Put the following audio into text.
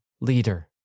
leader